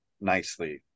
nicely